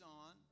on